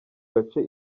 gace